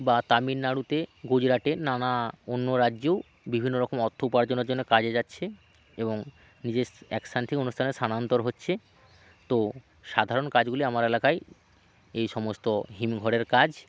বা তামিলনাড়ুতে গুজরাটের নানা অন্য রাজ্যেও বিভিন্ন রকম অর্থ উপার্জনের জন্য কাজে যাচ্ছে এবং যেস এক সান থেকে অন্য স্থানে স্থানান্তর হচ্ছে তো সাধারণ কাজগুলি আমার এলাকায় এই সমস্ত হিমঘরের কাজ